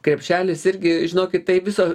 krepšelis irgi žinokit tai viso